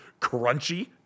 crunchy